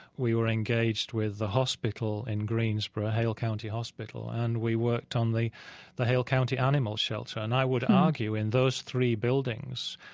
we were engaged with the hospital in greensboro hale county hospital and we worked on the the hale county animal shelter. and i would argue, in those three buildings,